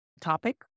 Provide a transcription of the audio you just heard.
topic